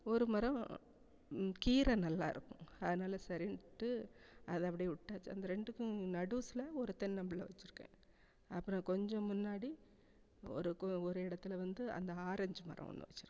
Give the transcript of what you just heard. ஒரு மரம் கீரை நல்லா இருக்கும் அதனால் சரின்ட்டு அதை அப்படியே விட்டாச்சு அந்த ரெண்டுக்கும் நடுஸில் ஒரு தென்னம்பிள்ள வச்சுருக்கேன் அப்புறம் கொஞ்சம் முன்னாடி ஒரு கு ஒரு இடத்துல வந்து அந்த ஆரஞ்சு மரம் ஒன்று வச்சுருக்கேன்